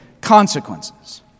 consequences